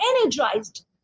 energized